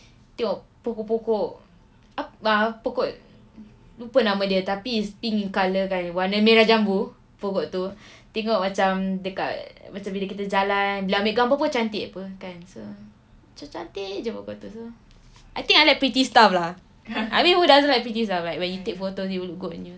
tengok pokok-pokok ah pokok lupa nama dia tapi it's pink in colour merah jambu pokok tu tengok macam dekat bila kita jalan ambil gambar pun cantik apa kan so cantik jer pokok tu I think I like pretty stuff lah I mean who doesn't like pretty stuff like when you take photo it will look good on you so ya